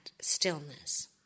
stillness